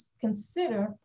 consider